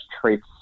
traits